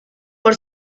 por